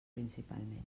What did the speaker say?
principalment